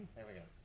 there we go.